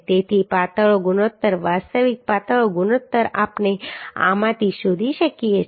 તેથી પાતળો ગુણોત્તર વાસ્તવિક પાતળો ગુણોત્તર આપણે આમાંથી શોધી શકીએ છીએ